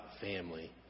family